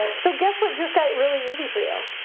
so guess what just got really easy for you.